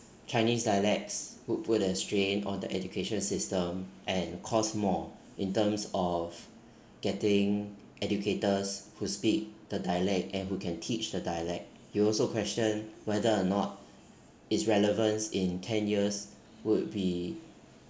chinese dialects would put a strain on the education system and cost more in terms of getting educators who speak the dialect and who can teach the dialect you also question whether or not its relevance in ten years would be